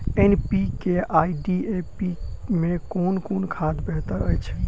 NPK आ DAP मे कुन खाद बेहतर अछि?